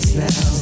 now